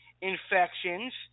infections